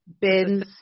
bins